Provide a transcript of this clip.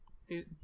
See